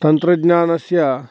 तन्त्रज्ञानस्य